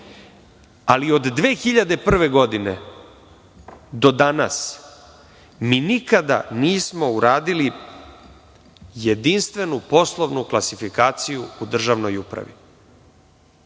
ali od 2001. godine do danas mi nikada nismo uradili jedinstvenu poslovnu klasifikaciju u državnoj upravi.